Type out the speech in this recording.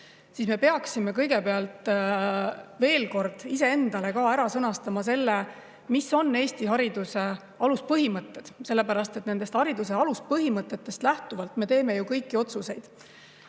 siis me peaksime kõigepealt veel kord iseendale ka ära sõnastama selle, mis on Eesti hariduse aluspõhimõtted. Sellepärast et nendest hariduse aluspõhimõtetest lähtuvalt me teeme kõiki otsuseid.